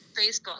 Facebook